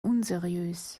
unseriös